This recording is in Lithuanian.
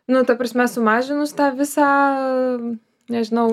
nu ta prasme sumažinus tą visą nežinau